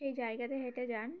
সেই জায়গা দিয়ে হেঁটে যান